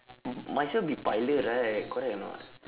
might as well be pilot right correct or not